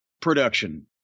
production